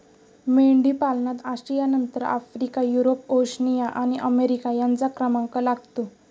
मेंढीपालनात आशियानंतर Africa, Europe, Oceania आणि अमेरिका यांचा क्रमांक लागतो